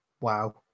Wow